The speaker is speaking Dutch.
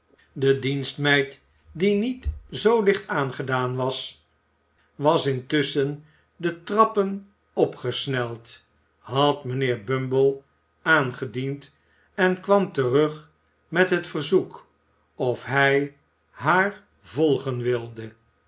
de dienstmeid die niet zoo licht aangedaan was was intusschen de trappen opgesneld had mijnheer bumble aangediend en kwam terug met het verzoek of hij haar volgen wilde